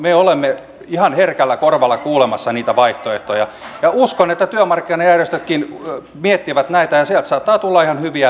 me olemme ihan herkällä korvalla kuulemassa niitä vaihtoehtoja ja uskon että työmarkkinajärjestötkin miettivät näitä ja sieltä saattaa tulla ihan hyviä vaihtoehtoja